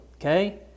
Okay